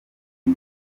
iyi